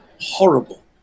horrible